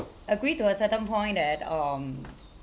agree to a certain point that um